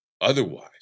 Otherwise